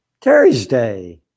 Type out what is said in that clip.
Thursday